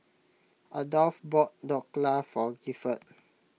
Adolph bought Dhokla for Gifford